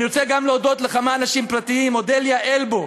אני רוצה גם להודות לכמה אנשים פרטיים: אודליה אלבו.